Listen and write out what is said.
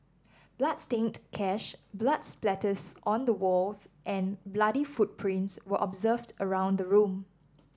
bloodstained cash blood splatters on the walls and bloody footprints were observed around the room